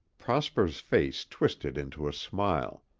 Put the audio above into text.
prosper's face twisted into a smile.